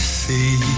see